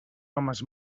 homes